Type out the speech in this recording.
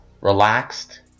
relaxed